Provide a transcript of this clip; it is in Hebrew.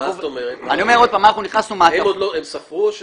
הם ספרו?